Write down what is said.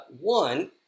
One